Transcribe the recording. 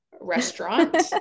restaurant